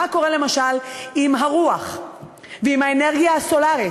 מה קורה למשל עם אנרגיית הרוח ועם האנרגיה הסולרית,